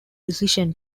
decision